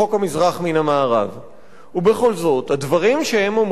ובכל זאת הדברים שהם אומרים, עמיתי חברי הכנסת,